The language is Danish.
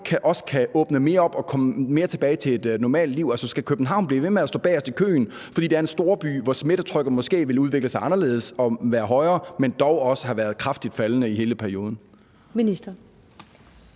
også kan åbne mere op og komme mere tilbage til et normalt liv? Skal København blive ved med at stå bagest i køen, fordi det er en storby, hvor smittetrykket måske vil udvikle sig anderledes og være højere, men hvor det dog også har været kraftigt faldende i hele perioden? Kl.